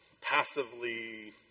passively